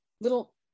little